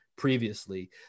previously